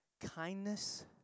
kindness